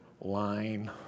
line